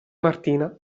martina